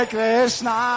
Krishna